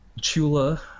Chula